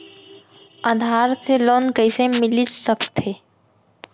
आधार से लोन कइसे मिलिस सकथे?